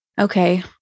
okay